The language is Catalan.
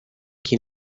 qui